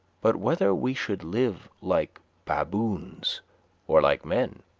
but whether we should live like baboons or like men,